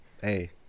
Hey